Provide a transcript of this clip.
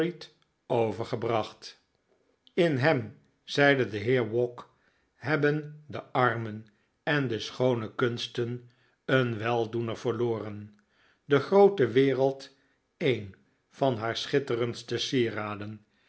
overgebracht in hem zeide de heer vvagg hebben de armen en deschoone kunsten een weldoener verloren de groote wereld een van haar schitterendste sieraden